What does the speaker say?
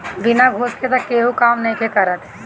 बिना घूस के तअ केहू काम नइखे करत